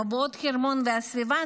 מבואות חרמון והסביבה,